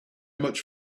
much